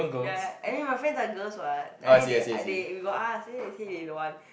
ya any my friends like girls what I mean they they we got ask then they say they don't want